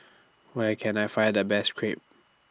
Where Can I Find The Best Crepe